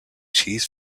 cheese